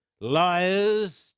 Liars